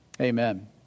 amen